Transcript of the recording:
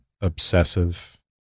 obsessive